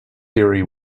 theory